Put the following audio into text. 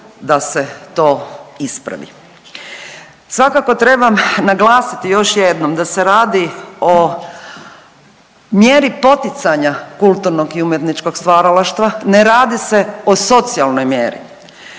da se to ispravi. Svakako trebam naglasiti još jednom da se radi o mjeri poticanja kulturnog i umjetničkog stvaralaštva, ne radi se o socijalnoj mjeri.